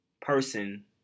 person